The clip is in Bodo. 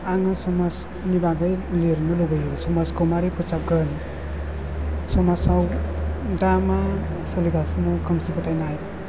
आङो समाजनि बागै लिरनो लुबैयो समाजखौ मारै फोसाबगोन समाजाव दा मा सोलिगासिनो खोमसि फोथायनाय